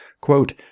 Quote